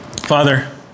Father